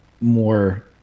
more